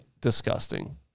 disgusting